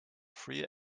free